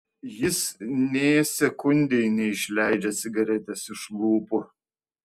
jis nė sekundei neišleidžia cigaretės iš lūpų